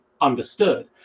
understood